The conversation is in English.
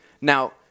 Now